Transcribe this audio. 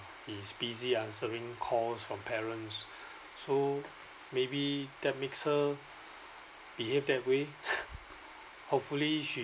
he's busy answering calls from parents so maybe that makes her behave that way hopefully she